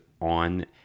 on